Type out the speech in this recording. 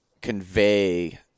convey